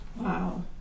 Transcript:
Wow